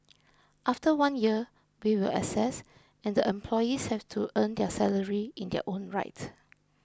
after one year we will assess and the employees have to earn their salary in their own right